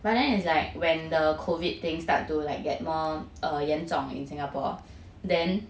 but then it's like when the COVID thing start to like get more err 严重 in singapore then